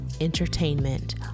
Entertainment